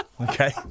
Okay